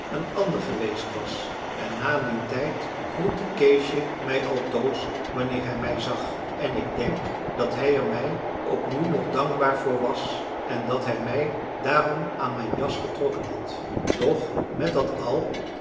een ander geweest was en na dien tijd groette keesje mij altoos wanneer hij mij zag en ik denk dat hij er mij ook nu nog dankbaar voor was en dat hij mij daarom aan mijn jas getrokken had doch met dat al